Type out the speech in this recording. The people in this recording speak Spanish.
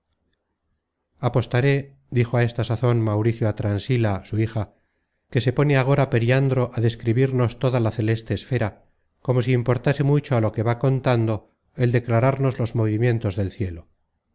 apostaré dijo á esta sazon mauricio á transila su hija que se pone agora periandro á describirnos toda la content from google book search generated at celeste esfera como si importase mucho á lo que va contando el declararnos los movimientos del cielo